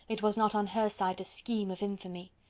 it was not on her side a scheme of infamy.